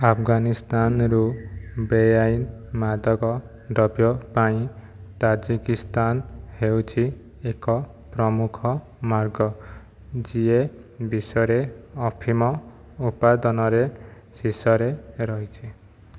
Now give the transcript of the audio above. ଆଫଗାନିସ୍ତାନରୁ ବେଆଇନ ମାଦକ ଦ୍ରବ୍ୟ ପାଇଁ ତାଜିକିସ୍ତାନ ହେଉଛି ଏକ ପ୍ରମୁଖ ମାର୍ଗ ଯିଏ ବିଶ୍ୱରେ ଅଫିମ ଉତ୍ପାଦନରେ ଶୀର୍ଷରେ ରହିଛି